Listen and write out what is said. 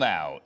Now